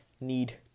need